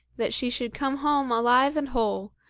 that she should come home alive and whole,